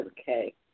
okay